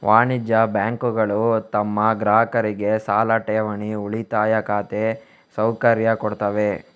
ವಾಣಿಜ್ಯ ಬ್ಯಾಂಕುಗಳು ತಮ್ಮ ಗ್ರಾಹಕರಿಗೆ ಸಾಲ, ಠೇವಣಿ, ಉಳಿತಾಯ ಖಾತೆ ಸೌಕರ್ಯ ಕೊಡ್ತವೆ